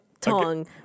tongue